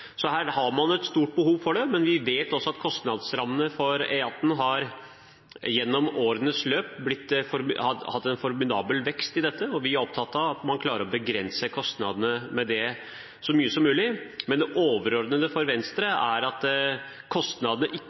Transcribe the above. så her har man et stort behov. Vi vet at kostnadsrammen for E18 i årenes løp har hatt en formidabel vekst, og vi er opptatt av at man klarer å begrense kostnadene så mye som mulig, men det overordnede for Venstre er at kostnadene